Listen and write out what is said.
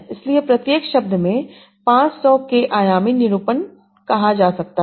इसलिए प्रत्येक शब्द में 500 k आयामी निरूपण कहा जा सकता है